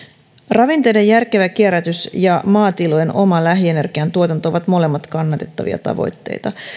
ravinteiden järkevä kierrätys ja maatilojen oma lähienergiantuotanto ovat molemmat kannatettavia tavoitteita